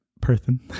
person